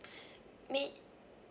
mi~